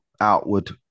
outward